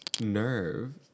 nerve